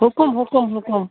حُکُم حُکُم حُکُم